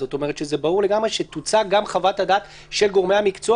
זאת אומרת שברור לגמרי שתוצג גם חוות הדעת של גורמי המקצוע